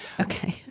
Okay